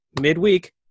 midweek